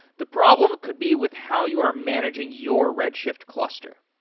the problem could be with how you are managing your redshift cluster.